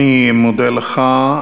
אני מודה לך.